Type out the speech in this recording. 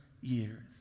years